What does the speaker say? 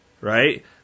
right